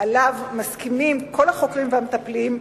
שעליו מסכימים כל החוקרים והמטפלים,